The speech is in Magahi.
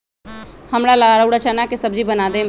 हमरा ला रउरा चना के सब्जि बना देम